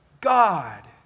God